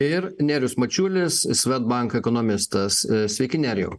ir nerijus mačiulis swedbank ekonomistas sveiki nerijau